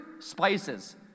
Spices